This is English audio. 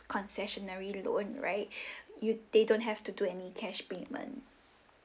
concessionary loan right you they don't have to do any cash payment